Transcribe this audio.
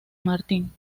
martín